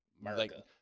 America